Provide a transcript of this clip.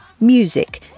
Music